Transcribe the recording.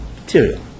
material